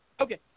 Okay